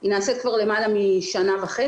היא נעשית כבר למעלה משנה וחצי.